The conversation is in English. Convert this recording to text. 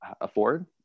afford